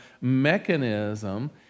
mechanism